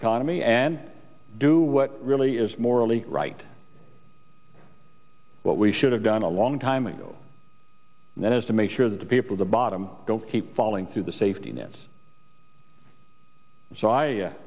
economy and do what really is morally right what we should have done a long time ago and that is to make sure that the people the bottom don't keep falling through the safety nets so i